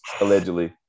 allegedly